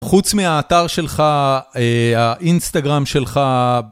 חוץ מהאתר שלך, האינסטגרם שלך.